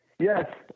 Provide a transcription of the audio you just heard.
Yes